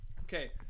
Okay